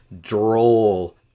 Droll